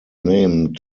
name